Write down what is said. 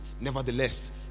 nevertheless